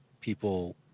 people